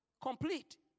complete